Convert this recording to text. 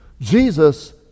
Jesus